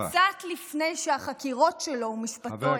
וקצת לפני שהחקירות שלו ומשפטו החלו.